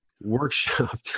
workshop